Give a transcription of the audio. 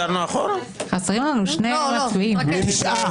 הצבעה לא אושרו.